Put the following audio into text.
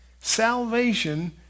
salvation